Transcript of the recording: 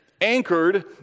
anchored